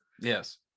Yes